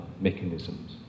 mechanisms